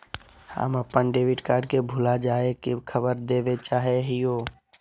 हम अप्पन debit card के भुला जाये के खबर देवे चाहे हियो